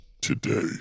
Today